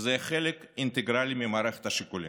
שזה יהיה חלק אינטגרלי ממערכת השיקולים.